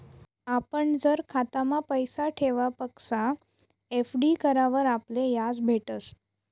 आपण जर खातामा पैसा ठेवापक्सा एफ.डी करावर आपले याज भेटस